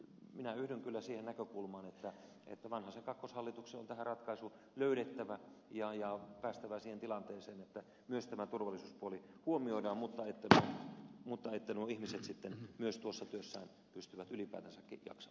minä yhdyn kyllä siihen näkökulmaan että vanhasen kakkoshallituksen on tähän ratkaisu löydettävä ja päästävä siihen tilanteeseen että myös tämä turvallisuuspuoli huomioidaan ja että nuo ihmiset sitten myös tuossa työssään pystyvät ylipäätänsäkin jaksamaan